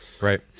Right